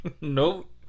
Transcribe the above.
Nope